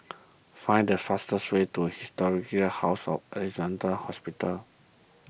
find the fastest way to Historic House of Alexandra Hospital